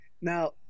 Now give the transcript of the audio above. now